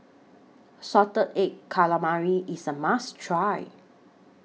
Salted Egg Calamari IS A must Try